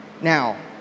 Now